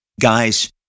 guys